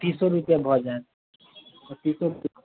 तीसे रूपआ भऽ जायत हॅं तीसे